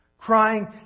Crying